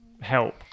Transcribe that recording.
Help